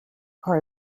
are